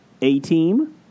A-Team